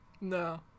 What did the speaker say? No